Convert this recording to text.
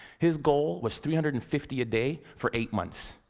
his goal was three hundred and fifty a day for eight months.